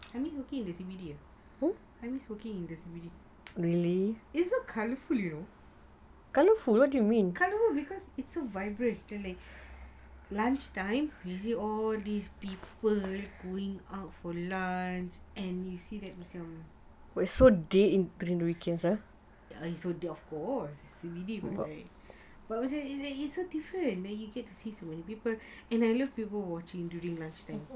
I miss working in C_B_D [what] it's so colourful you know colourful because it's so vibrant you see lunch time all these people going out for lunch and you see that so of course C_B_D [what] right and then I say it's so different you get to see so many people and I love to go watching during lunch time